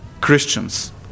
Christians